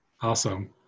Awesome